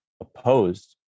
opposed